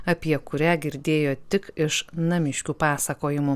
apie kurią girdėjo tik iš namiškių pasakojimų